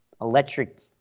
electric